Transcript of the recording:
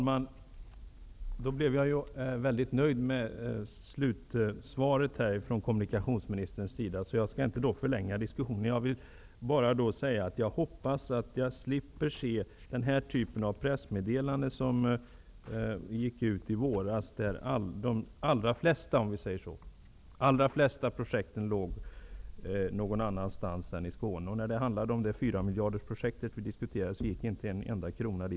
Fru talman! Jag är väldigt nöjd med slutsvaret från kommunikationsministerns sida och skall inte förlänga diskussionen. Jag vill bara säga att jag hoppas att jag slipper se den typ av pressmeddelanden som gick ut i våras och i vilka det meddelades att de allra flesta projekten låg någon annanstans än i Skåne. När det gäller fyramiljardersprojektet som vi diskuterade tidigare gick inte en enda krona dit.